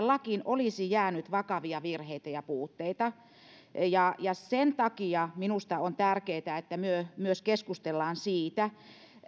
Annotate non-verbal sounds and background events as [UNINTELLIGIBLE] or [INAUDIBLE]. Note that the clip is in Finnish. [UNINTELLIGIBLE] lakiin olisi jäänyt vakavia virheitä ja puutteita sen takia minusta on tärkeätä että keskustelemme myös siitä